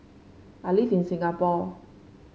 I live in Singapore